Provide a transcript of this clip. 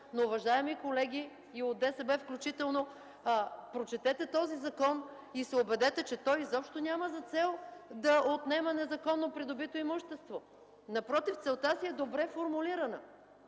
цел. Уважаеми колеги, включително и от ДСБ, прочетете този закон и се убедете, че той изобщо няма за цел да отнема незаконно придобито имущество. Напротив, целта си е добре формулирана.